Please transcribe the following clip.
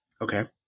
Okay